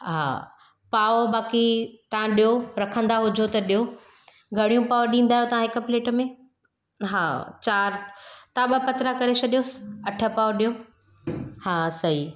हा पाव बाकी तव्हां ॾियो रखंदा हुजो त ॾियो घणियूं पाव ॾींदा आहियो हिक प्लेट में हा तव्हां ॿ पतरा करे छॾियोसि अठ पाव ॾियो हा सही